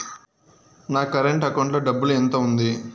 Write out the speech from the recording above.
నా current account లో డబ్బులు ఎంత ఉంది?